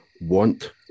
want